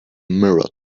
mirror